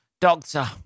Doctor